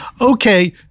Okay